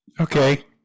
Okay